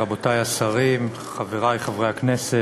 תודה רבה, רבותי השרים, חברי חברי הכנסת,